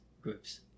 groups